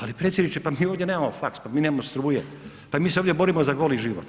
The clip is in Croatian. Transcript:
Ali, predsjedniče pa mi ovdje nemamo faks, pa mi nemamo struje, pa mi se ovdje borimo za goli život.